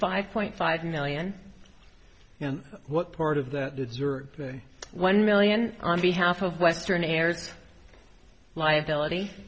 five point five million what part of the one million on behalf of western heirs liability